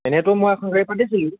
এনেইটো মই এখন গাড়ী